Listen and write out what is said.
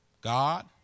God